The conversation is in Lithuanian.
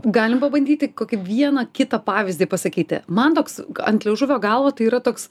galim pabandyti kokį vieną kitą pavyzdį pasakyti man toks ant liežuvio galo tai yra toks